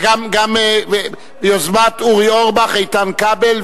אני קובע שהצעת חוק המקרקעין (תיקון מס' 31)